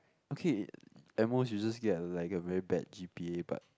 okay at most you just get like a very bad g_p_a but